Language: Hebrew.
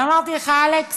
אמרתי לך: אלכס,